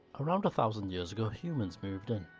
around a thousand years ago, humans moved in.